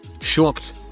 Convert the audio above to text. shocked